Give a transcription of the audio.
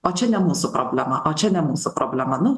o čia ne mūsų problema o čia ne mūsų problema nu